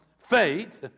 Faith